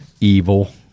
evil